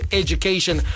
education